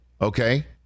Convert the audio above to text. Okay